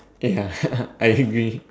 ya I agree